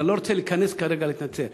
אבל אני לא רוצה להיכנס לזה כרגע ולהתנצל.